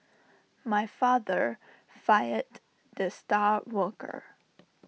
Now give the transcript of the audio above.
my father fired the star worker